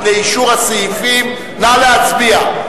לאישור הסעיפים נא להצביע.